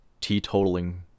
teetotaling